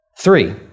Three